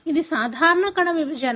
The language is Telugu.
ఇది సాధారణ కణ విభజన